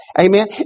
Amen